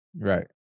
Right